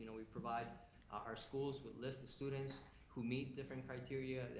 we provide our schools with lists of students who meet different criteria,